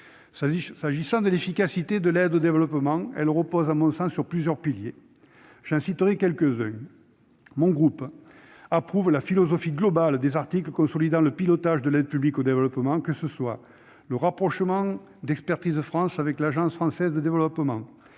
S'agissant de l'efficacité de l'aide au développement, celle-ci repose à mon sens sur plusieurs piliers. J'en citerai quelques-uns. Mon groupe approuve la philosophie globale des articles consolidant le pilotage de l'APD, que ce soit le rapprochement d'Expertise France avec l'AFD, le renforcement